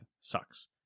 Sucks